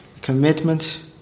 Commitment